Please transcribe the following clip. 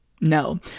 No